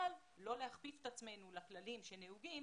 אבל לא להכפיף את עצמנו לכללים שנהוגים